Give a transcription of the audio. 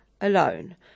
alone